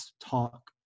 talk